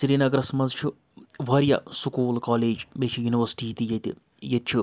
سرینَگرَس منٛز چھُ واریاہ سکوٗل کالیج بیٚیہِ چھِ یونیورسِٹی تہِ ییٚتہِ ییٚتہِ چھُ